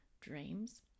dreams